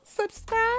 Subscribe